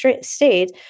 state